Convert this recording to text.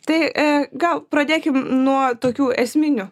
tai ė gal pradėkim nuo tokių esminių